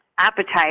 appetite